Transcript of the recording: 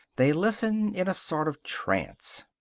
they listen in a sort of trance.